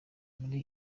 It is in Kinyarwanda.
muri